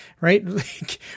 right